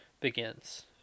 begins